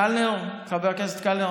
חבר הכנסת קלנר,